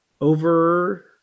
over –